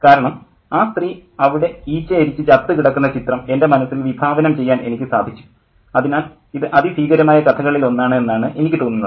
കാരണം ആ സ്ത്രീ അവിടെ ഈച്ചയരിച്ച് ചത്തുകിടക്കുന്ന ചിത്രം എൻ്റെ മനസ്സിൽ വിഭാവനം ചെയ്യാൻ എനിക്ക് സാധിച്ചു അതിനാൽ ഇത് അതി ഭീകരമായ കഥകളിൽ ഒന്നാണ് എന്നാണ് എനിക്കു തോന്നുന്നത്